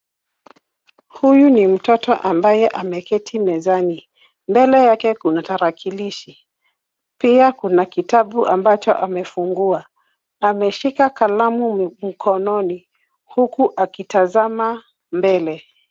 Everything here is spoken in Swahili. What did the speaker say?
Huyu ni mtoto ambaye ameketi mezani. Mbele yake kuna tarakilishi. Pia kuna kitabu ambacho amefungua. Ameshika kalamu mkononi, huku akitazama mbele.